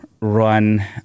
run